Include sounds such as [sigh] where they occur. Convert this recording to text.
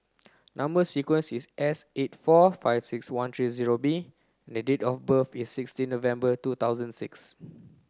number sequence is S eight four five six one three zero B [unintelligible] date of birth is sixteen November two thousand six